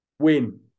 Win